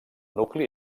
nucli